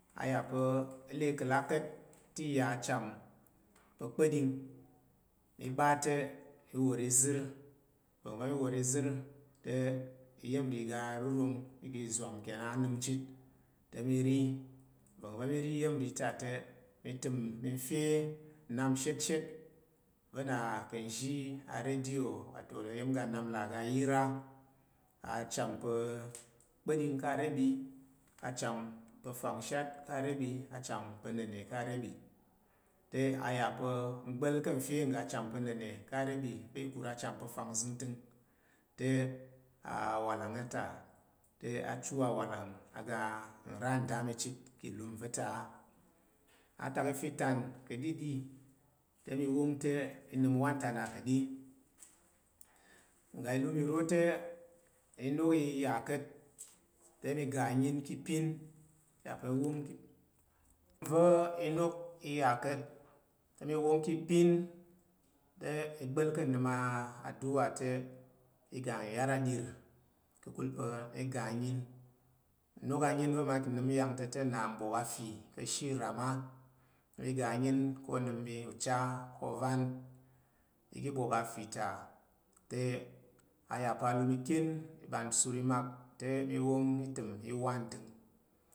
A yà pa i le kəlak te i ya acham pa̱ kpa̱ɗing i ɓa te mi wor izər va̱ngva̱ mi wor izər te iya̱m ri iga rurun iga ilum kenan anəm ata te mi ri va̱ mi ri iyam ri ta te mi təm mi fe nnap shetshet va̱ na ka̱ nzhi aredio wa to iya̱m iga nnap là ngga yi ra acham pa̱ kpa̱ɗing ka̱ re ɓ ka̱ shan pa̱ fanshat ka rebe ká̱ acham pa̱ nannə ka̱ re ɓa te aya pa̱ u ɓa ka̱ fe ga dau pa̱ na ka̱ re ɓa ikura cham pa̱ far zəntəng te wala va̱ta acha awa tagege garan dami chit ki lum va̱ta atak ife ta nka̱ ɗiɗi te mi wan te mi nəm wa nta na ka̱ di ngal lum iro te inok ya ka̱t te mi ga anyi ka̱ a ya pa̱ nwang i lum va̱ inok i yakat te n iwang ke pa̱ te ibal ka̱ nəm aduwa te iga yar adər ka̱kul pa̱ iga nyi iya̱m anyin va̱ ma ka̱ nəm nyam to te nna nbowk afi ka̱ ashe iram a iga nyin ka̱ nəm ucha ka̱ iga bowka uban sar i mak te i wong i təm ka̱ yi i wa nda.